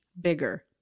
bigger